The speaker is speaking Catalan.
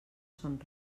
són